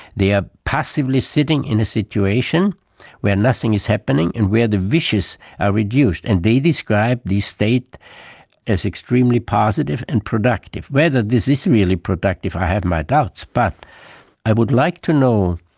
they are passively sitting in a situation where nothing is happening, and where the wishes are reduced. and they describe this state as extremely positive and productive. whether this is really productive i have my doubts, but i would like to know